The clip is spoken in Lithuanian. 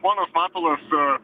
ponas matulas